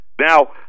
Now